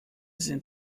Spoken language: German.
sind